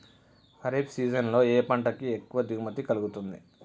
Kharif season లో ఏ పంట కి ఎక్కువ దిగుమతి కలుగుతుంది?